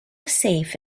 safe